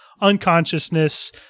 unconsciousness